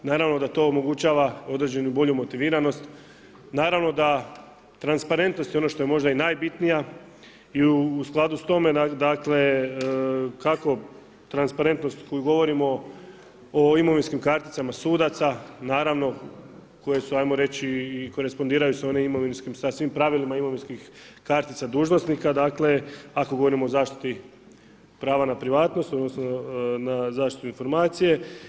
Naravno da to omogućava određenu bolju motiviranost, naravno da transparentnost je možda ono što je i najbitnije i u skladu s time, dakle, kako transparentnost o kojoj govorimo o imovinskim karticama sudaca, naravno, koje su ajmo reći, i korespondiraju sa svim pravilima imovinskih kartica dužnosnika, dakle, ako govorimo o zaštiti prava na privatnost odnosno na zaštitu informacije.